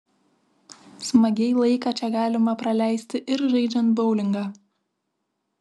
smagiai laiką čia galima praleisti ir žaidžiant boulingą